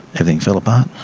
everything fell apart.